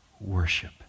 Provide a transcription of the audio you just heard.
worship